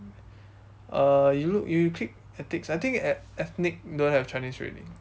uh you look you click ethics I think e~ ethnic don't have chinese already